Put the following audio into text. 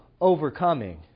overcoming